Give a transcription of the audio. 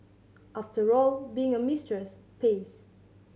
after all being a mistress pays